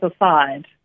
aside